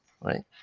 right